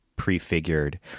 prefigured